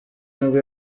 nibwo